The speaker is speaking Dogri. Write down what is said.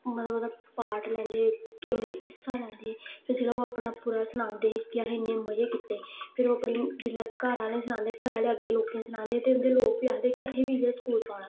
मता मता पार्ट लैंदे हे गेमें च हिस्सा लैंदे हे फिर जेल्ले ओह् अपना पूरा सनांदे हे के असें इन्ने मजे कीते फिर ओह् अपने जिल्लै घरा आह्लें गी सनांदे हे घरा आहले अग्गें लोकें गी सनांदे हे ते उन्दे लोक बी आखदे हे कि असें बी इ'यै स्कूल पाना